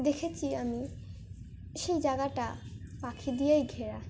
দেখেছি আমি সেই জায়গাটা পাখি দিয়েই ঘেরা